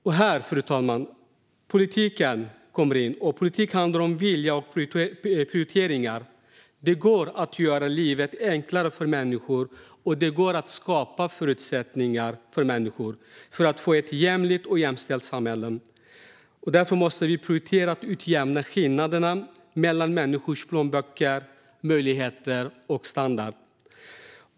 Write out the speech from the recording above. Det är här politiken kommer in, fru talman. Politik handlar om vilja och prioriteringar. Det går att göra livet enklare för människor, och det går att skapa förutsättningar för människor för att få ett jämlikt och jämställt samhälle. Därför måste vi prioritera att utjämna skillnaderna mellan människors plånböcker, möjligheter och standard.